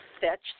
fetch